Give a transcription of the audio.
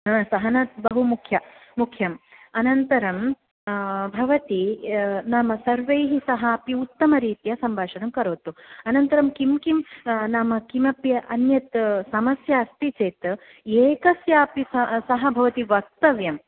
आ सहना बहु मुख्या मुख्यम् अनन्तरम् भवती नाम सर्वैः सह उत्तमरीत्या सम्भाषणं करोतु अनन्तरं किं किं नाम किमपि अन्यत् समस्या अस्ति चेत् समस्या अस्ति चेत् एकस्यापि सह भवति वक्तव्यम्